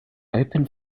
open